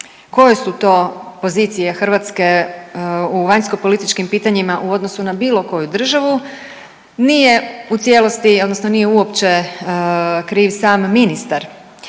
koje su to pozicije Hrvatske u vanjskopolitičkim pitanjima u odnosu na bilo koju državu nije u cijelosti